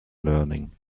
learning